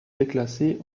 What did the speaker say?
déclassée